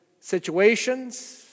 situations